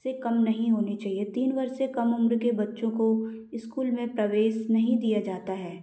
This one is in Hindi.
से कम नहीं होनी चाहिए तीन वर्ष से कम उम्र के बच्चों को स्कूल में प्रवेश नहीं दिया जाता है